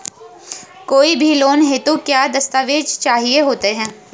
कोई भी लोन हेतु क्या दस्तावेज़ चाहिए होते हैं?